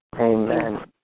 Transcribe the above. Amen